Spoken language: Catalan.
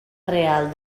real